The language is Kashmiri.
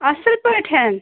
اصٕل پٲٹھۍ